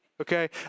okay